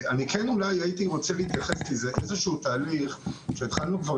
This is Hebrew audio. אני כן הייתי רוצה להתייחס לאיזה שהוא תהליך שהתחלנו כבר